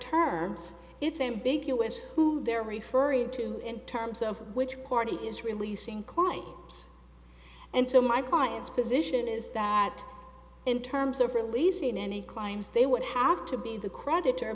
terms it's ambiguous who they're referring to in terms of which party is releasing clive's and so my client's position is that in terms of releasing any crimes they would have to be the creditor